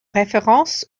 référence